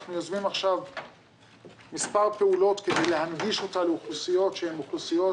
אנחנו יוזמים עכשיו מספר פעולות כדי להנגיש אותן לאוכלוסיות שהן אוכלוסיות